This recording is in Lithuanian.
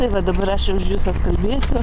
tai va dabar aš jau už jus atkalbėsiu